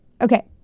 Okay